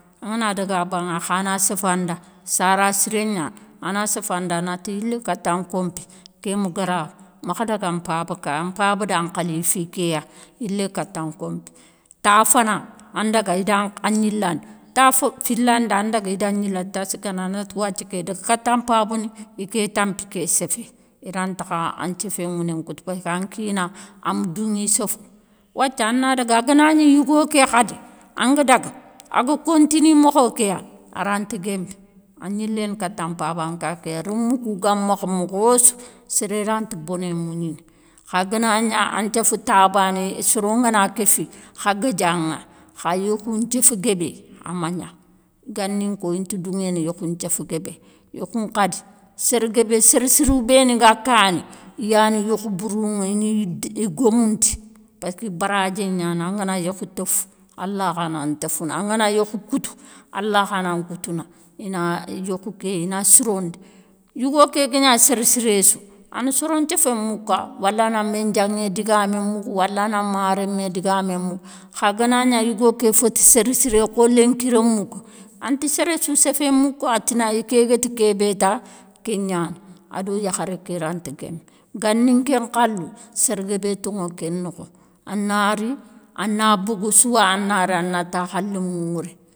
An ga na dague a banŋe a kha na séfe an da. Sara siré niane, a na séfe an da a nati yilé kate an kompé. Ké ma grawe, makhe dague an paba nka an paba dan khalifi ké ya, yilé katan kompé. Ta fana an dague i dan gnilande, ta fillandi an dague i dan gnilande ta sikandi a nate wathie ké dague kate an pabe ni, i ké tampi ké séfé. I rantakha an thiéfé ŋouné nkoute paske an kina a me douŋi séfo. Wathie an na dague. A gana gni yougo ké khadi an ga daga, a ga kontini mokho ké ya, a ranti guéme. An gniléne kate an paban ka ké ya. Romou kou gan makhe mokho sou, séré rante boné mougnine. Kha ga na nia an thiéfe ta bané soron ga na kéfi, kha gadianŋa. Kha yékhou nthiéfe guébé a mania. Ganinko i nte douŋéne yékhoun thiéfe guébé. Yékhou nkhadi sére guébé sére sirou bé ni ga kané, i yane yékhou bourouŋe i ni guémoundi. Paske baradjé niane an ga na yékhou téfe allah kha nan téfouna. An ga na yékhou koute allah kha nan koutouna. I na yékhou ké i na sironde. Yigo ké gue nia sére siré sou, a ne soron thiéfé mouka, wala na ménjanŋé digamé mougue, wale a na marémé digamé mougue. Kha ga na nia yougo ké féte sére siré kho lénki rémou kou, a nte séré sou séfé mouke, a tina i guéte ké bé ta ké niane. A do yakharé ké rante guéme. Gani nké nkhalou sére guébé toŋo kén nokho. An na ri an na bogue sou an na ri an na takhe an lémou ŋouré.